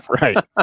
Right